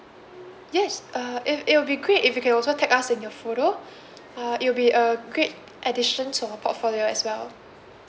yes uh it it'll be great if you can also tag us in your photo uh it'll be a great addition to our portfolio as well